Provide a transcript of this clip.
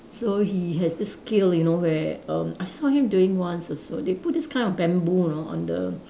so he has this skill you know where erm I saw him doing once also they put this kind of bamboo you know on the